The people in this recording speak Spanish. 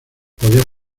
podía